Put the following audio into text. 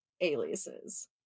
aliases